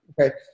Okay